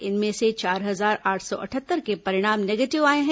इनमें से चार हजार आठ सौ अठहत्तर के परिणाम नेगेटिव आए हैं